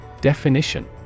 Definition